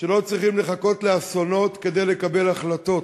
שלא צריך לחכות לאסונות כדי לקבל החלטות,